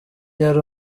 yari